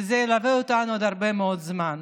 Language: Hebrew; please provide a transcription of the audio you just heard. וזה ילווה אותנו עוד הרבה מאוד זמן.